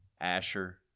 Asher